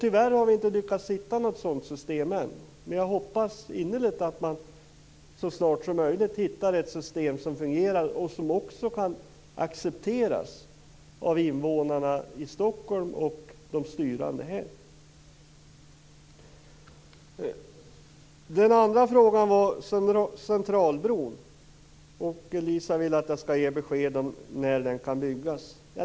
Tyvärr har vi inte lyckats hitta något sådant system ännu, men jag hoppas innerligt att det så snart som möjligt går att hitta ett system som fungerar och som kan accepteras av invånarna och de styrande i Stockholm. Den andra frågan gällde Centralbron. Elisa vill att jag skall ge besked om när den kan byggas.